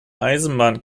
eisenbahn